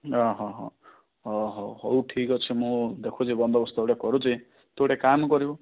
ଅ ହୋ ହଁ ହଁ ହଉ ହଉ ଠିକ୍ ଅଛି ମୁଁ ଦେଖୁଛି ବନ୍ଦୋବସ୍ତ ଗୋଟେ କରୁଛି ତୁ ଗୋଟେ କାମ କରିବୁ